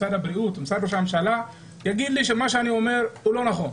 משרד הבריאות או משרד ראש הממשלה יגיד לי שמה שאני אומר הוא לא נכון.